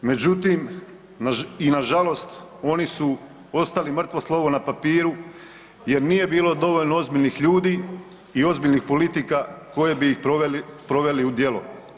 Međutim i na žalost oni su ostali mrtvo slovo na papiru, jer nije bilo dovoljno ozbiljnih ljudi i ozbiljnih politika koje bi ih provele u djelo.